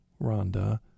Rhonda